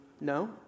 no